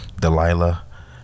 delilah